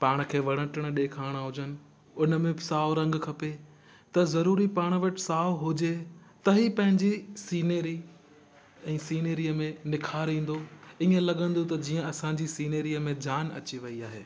पाण खे वणु टिणु ॾेखारिणा हुजनि हुन में बि साओ रंग खपे त ज़रूरी पाणि वटि साओ हुजे त ई पंहिंजी सीनेरी ऐं सीनेरीअ में निखार ईंदो इअं लॻंदो त जीअं असांजी सीनेरीअ में जान अची वेई आहे